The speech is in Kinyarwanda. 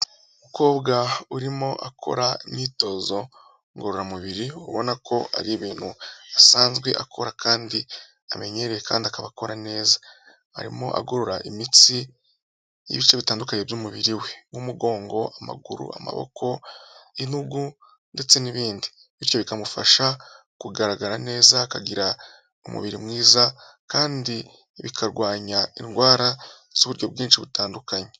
Umukobwa urimo akora imyitozo ngororamubiri, ubona ko ari ibintu asanzwe akora kandi amenyereye kandi akaba akora neza. Arimo agorora imitsi y'ibice bitandukanye by'umubiri we. Nk'umugongo, amaguru, amaboko, intugu ndetse n'ibindi. Bityo bikamufasha kugaragara neza akagira umubiri mwiza, kandi bikarwanya indwara z'uburyo bwinshi butandukanye.